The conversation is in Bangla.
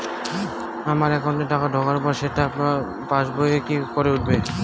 আমার একাউন্টে টাকা ঢোকার পর সেটা পাসবইয়ে কি করে উঠবে?